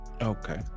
Okay